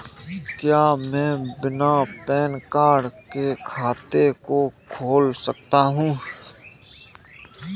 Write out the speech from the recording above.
क्या मैं बिना पैन कार्ड के खाते को खोल सकता हूँ?